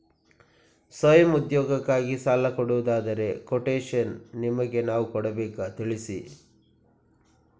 ಸ್ವಯಂ ಉದ್ಯೋಗಕ್ಕಾಗಿ ಸಾಲ ಕೊಡುವುದಾದರೆ ಕೊಟೇಶನ್ ನಿಮಗೆ ನಾವು ಕೊಡಬೇಕಾ ತಿಳಿಸಿ?